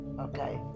okay